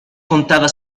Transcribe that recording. contava